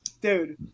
Dude